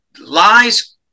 lies